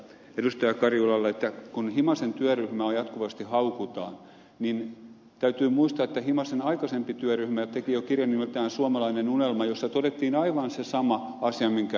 kyösti karjulalle että kun himasen työryhmää jatkuvasti haukutaan niin täytyy muistaa että himasen aikaisempi työryhmä teki jo kirjan nimeltään suomalainen unelma jossa todettiin aivan se sama asia minkä ed